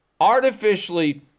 artificially